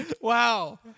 Wow